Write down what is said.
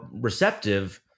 receptive